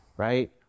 Right